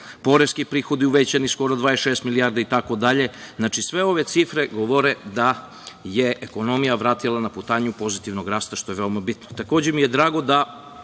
poreski prihodi uvećani su skoro 26 milijardi itd. Znači, sve ove cifre govore da se ekonomija vratila na putanju pozitivnog rasta što je vrlo